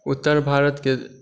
उत्तर भारतके